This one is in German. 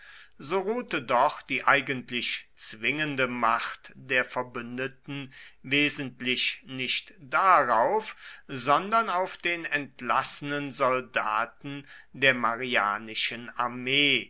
so ruhte doch die eigentlich zwingende macht der verbündeten wesentlich nicht darauf sondern auf den entlassenen soldaten der marianischen armee